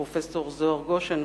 הפרופסור זוהר גושן,